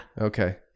Okay